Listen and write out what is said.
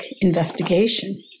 investigation